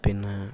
പിന്നെ